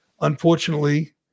Unfortunately